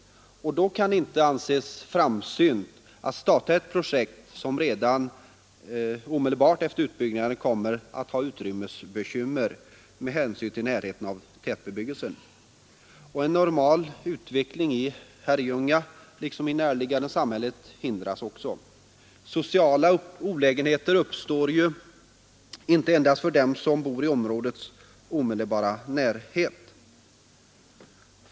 Då kan det inte anses framsynt att starta ett projekt som redan omedelbart efter utbyggnaden kommer att ha utrymmesbekymmer med hänsyn till närheten av tätbebyggelse. En normal utveckling i Herrljunga liksom i närliggande samhällen hindras. Sociala olägenheter uppstår inte endast för dem som bor i områdets omedelbara närhet.